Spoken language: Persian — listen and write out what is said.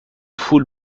پول